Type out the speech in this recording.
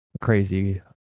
crazy